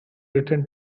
written